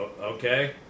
okay